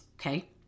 Okay